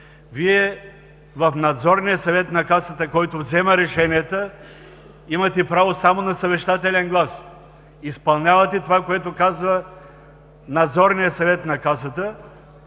В Надзорния съвет на Касата, който взема решенията, Вие имате право само на съвещателен глас, изпълнявате това, което казва Надзорният съвет на Касата,